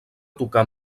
tocar